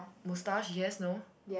moustache yes no